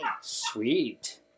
Sweet